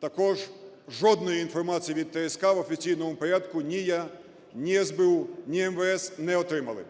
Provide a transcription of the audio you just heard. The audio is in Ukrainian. Також жодної інформації від ТСК в офіційному порядку ні я, ні СБУ, ні МВС не отримали.